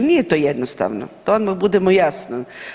Nije to jednostavno, da odmah budemo jasni.